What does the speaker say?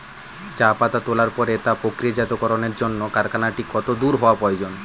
চা পাতা তোলার পরে তা প্রক্রিয়াজাতকরণের জন্য কারখানাটি কত দূর হওয়ার প্রয়োজন?